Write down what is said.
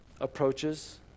approaches